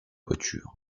voiture